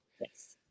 Yes